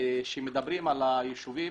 כאשר מדברים על היישובים,